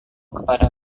kepada